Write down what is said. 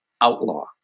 outlaw